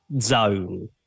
zone